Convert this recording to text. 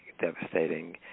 devastating